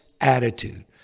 attitude